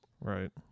Right